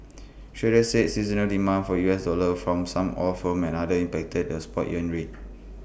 traders said seasonal demand for U S dollar from some oil firms and other impacted the spot yuan rate